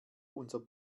unser